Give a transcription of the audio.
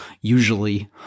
usually